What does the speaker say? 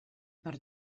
per